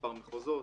מספר מחוזות.